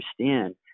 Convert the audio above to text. understand